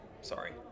Sorry